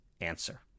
answer